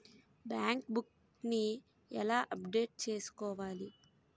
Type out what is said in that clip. Bank book నీ ఎలా update చేసుకోవాలి?